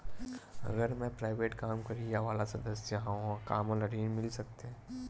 अगर मैं प्राइवेट काम करइया वाला सदस्य हावव का मोला ऋण मिल सकथे?